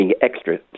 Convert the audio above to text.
extra